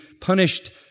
punished